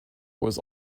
was